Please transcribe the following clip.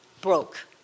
broke